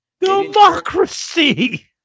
Democracy